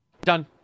Done